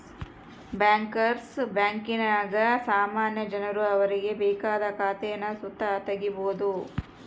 bankers ಬ್ಯಾಂಕಿನಾಗ ಸಾಮಾನ್ಯ ಜನರು ಅವರಿಗೆ ಬೇಕಾದ ಖಾತೇನ ಸುತ ತಗೀಬೋದು